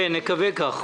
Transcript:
נקווה כך.